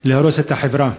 להרס החברה.